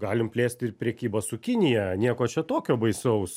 galim plėst ir prekybą su kinija nieko čia tokio baisaus